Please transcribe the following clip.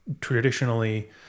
traditionally